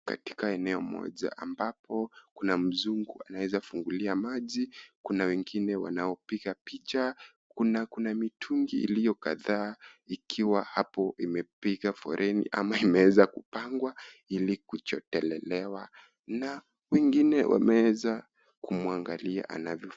Katika eneo moja ambapo kuna mzungu anaweza kufungulia maji, kuna wengine wanao piga picha. Kuna mitungi iliyo kadhaa ikiwa hapo imepiga foleni ama imeeza kupangwa ili kuchotelelewa na wengine wameeza kumwangalia anavyo...